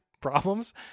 problems